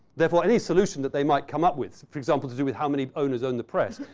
therefore, any solution that they might come up with, for example to do with how many owners own the press,